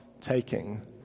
taking